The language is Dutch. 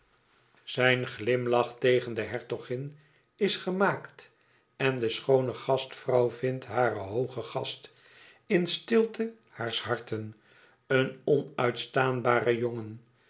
zijn glimlach tegen de hertogin is gemaakt en de schoone gastvrouw vindt haren hoogen gast in stilte haars harten een onuitstaanbaren jongen